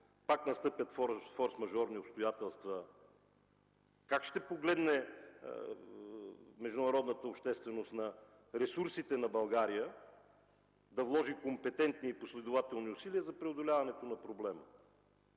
пак настъпят форсмажорни обстоятелства, как ще погледне международната общественост на ресурсите на България, да вложи компетентни и последователни усилия за преодоляването на проблема?